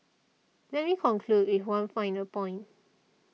let me conclude with one final point